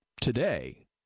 today